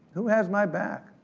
who's has my back?